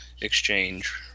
exchange